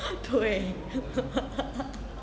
对